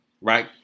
right